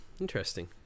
Interesting